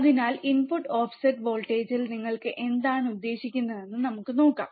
അതിനാൽ input offset വോൾട്ടേജിൽ നിങ്ങൾ എന്താണ് ഉദ്ദേശിക്കുന്നതെന്ന് നമുക്ക് നോക്കാം